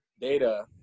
data